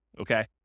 okay